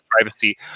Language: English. privacy